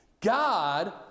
God